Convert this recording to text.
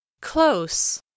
Close